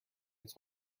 its